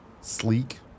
Sleek